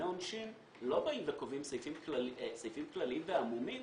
עונשין לא קובעים סעיפים כלליים ועמומים